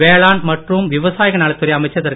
வேளாண் மற்றும் விவசாயிகள் நலத்துறை அமைச்சர் திரு